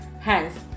Hence